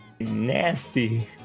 nasty